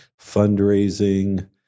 fundraising